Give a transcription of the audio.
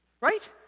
Right